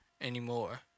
anymore